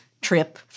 trip